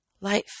life